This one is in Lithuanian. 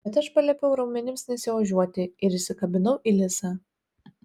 bet aš paliepiau raumenims nesiožiuoti ir įsikabinau į lisą